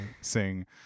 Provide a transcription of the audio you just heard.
sing